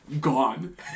Gone